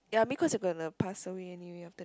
ya main course you're gonna pass away anyway after that